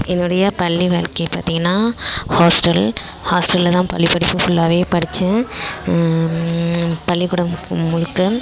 என்னுடைய பள்ளி வாழ்க்கை பார்த்தீங்கன்னா ஹாஸ்டல் ஹாஸ்டலில் தான் பள்ளிப் படிப்பு ஃபுல்லாகவே படித்தேன் பள்ளிக்கூடம் முழுக்க